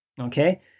Okay